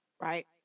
right